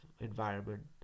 environment